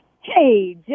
Hey